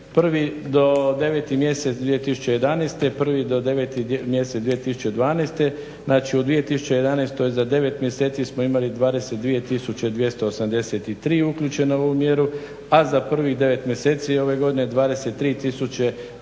prvi do deveti mjesec 2011. i prvi do deveti mjesec 2012. znači u 2011. za devet mjeseci smo imali 22 tisuće 283 uključena u ovu mjeru, a za prvih devet mjeseci ove godine 23